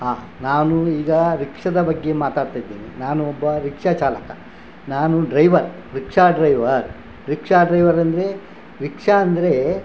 ಹಾಂ ನಾನು ಈಗ ರಿಕ್ಷದ ಬಗ್ಗೆ ಮಾತಾಡ್ತಾಯಿದ್ದೇನೆ ನಾನು ಒಬ್ಬ ರಿಕ್ಷಾ ಚಾಲಕ ನಾನು driver rickshaw driver rickshaw driver ಅಂದರೆ ರಿಕ್ಷಾ ಅಂದರೆ